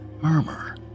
murmur